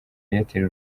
airtel